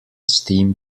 steam